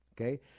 okay